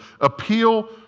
Appeal